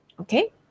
okay